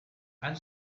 and